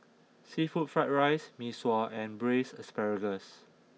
Seafood Fried Rice Mee Sua and Braised Asparagus